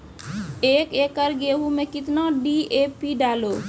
एक एकरऽ गेहूँ मैं कितना डी.ए.पी डालो?